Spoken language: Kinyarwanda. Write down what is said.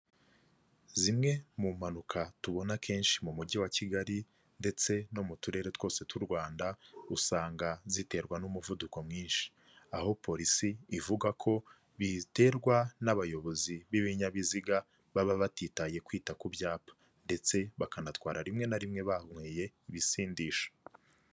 Zimwe mu mpanuka tubona kenshi mu Mujyi wa Kigali ndetse no mu Turere twose tw'u Rwanda, usanga ziterwa n'umuvuduko mwinshi, aho Polisi ivuga ko biterwa n'abayobozi b'ibinyabiziga baba batitaye kwita ku byapa ndetse bakanatwara rimwe na rimwe banyweye ibisindisha.